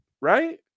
right